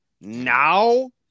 Now